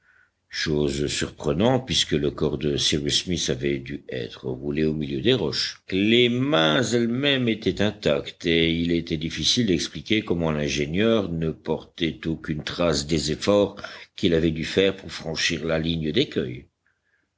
chose surprenante puisque le corps de cyrus smith avait dû être roulé au milieu des roches les mains ellesmêmes étaient intactes et il était difficile d'expliquer comment l'ingénieur ne portait aucune trace des efforts qu'il avait dû faire pour franchir la ligne d'écueils